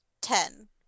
ten